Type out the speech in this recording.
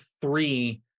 three